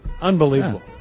unbelievable